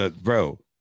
Bro